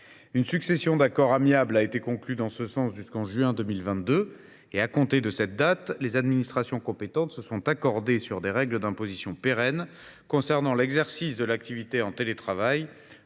Une succession d’accords amiables a été conclue en ce sens jusqu’en juin 2022 ; à compter de cette date, les administrations compétentes se sont accordées sur des règles d’imposition pérennes concernant l’exercice de l’activité en télétravail,